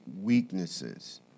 weaknesses